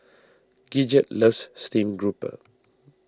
Gidget loves Stream Grouper